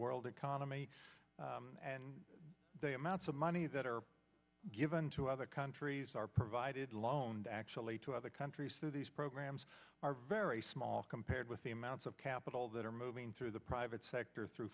world economy and the amounts of money that are given to other countries are provided loaned actually to other countries through these programs are very small compared with the amounts of capital that are moving through the private sector through